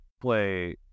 play